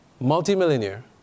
multimillionaire